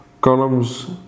columns